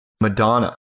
Madonna